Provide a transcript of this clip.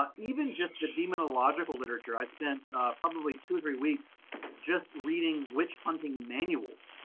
but even just the demonological literature, i spent probably two or three weeks just reading witch-hunting manuals